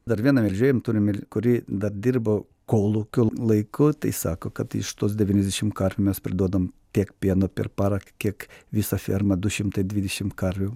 dar vieną melžėją turim ir kuri dar dirbo kolūkio laiku tai sako kad iš tos devyniasdešimt karvių mes parduodam tiek pieno per parą kiek visą fermą du šimtai dvidešimt karvių